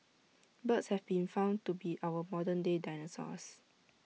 birds have been found to be our modern day dinosaurs